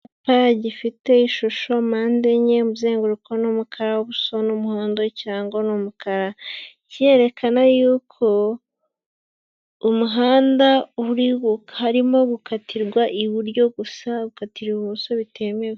Icyapa gifite ishusho mpande enye, umuzenguruko ni umukara, ubuso ni umuhondo, ikirango ni umukara, kirerekana y'uko umuhanda urigu harimo gukatirwa iburyo gusa, gukatira ibumoso bitemewe.